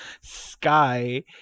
Sky